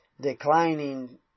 declining